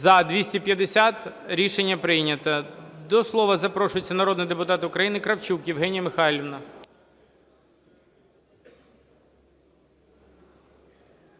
За-250 Рішення прийнято. До слова запрошується народний депутат України Кравчук Євгенія Михайлівна.